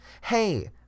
Hey